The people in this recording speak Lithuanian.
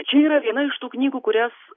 čia yra viena iš tų knygų kurias